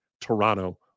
Toronto